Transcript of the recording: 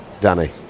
Danny